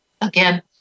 Again